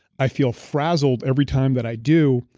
i feel frazzled every time that i do.